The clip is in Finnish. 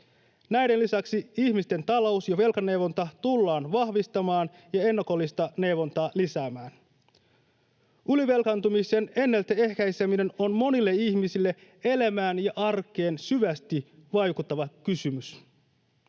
Näiden lisäksi ihmisten talous- ja velkaneuvontaa tullaan vahvistamaan ja ennakollista neuvontaa lisäämään. Ylivelkaantumisen ennaltaehkäiseminen on monille ihmisille elämään ja arkeen syvästi vaikuttava kysymys.